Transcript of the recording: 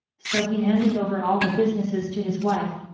so he handed over all the businesses to his wife,